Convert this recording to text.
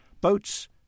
boats